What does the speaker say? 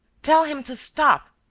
tell him to stop!